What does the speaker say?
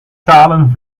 talen